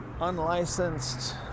unlicensed